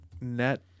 net